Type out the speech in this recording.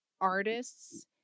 artists